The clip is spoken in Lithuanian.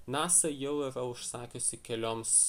nasa jau yra užsakiusi kelioms